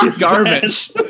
garbage